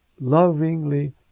lovingly